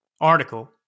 article